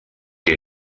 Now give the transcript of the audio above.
que